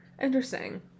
interesting